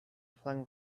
flung